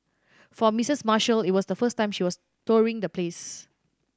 for Missis Marshall it was the first time she was touring the place